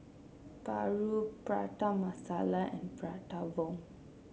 paru Prata Masala and Prata Bomb